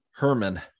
Herman